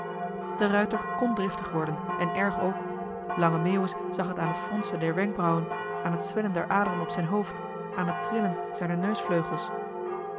ruijter kn driftig worden en erg ook lange meeuwis zag het aan het fronsen der wenkbrauwen aan het zwellen der aderen op zijn hoofd aan het trillen zijner